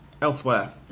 elsewhere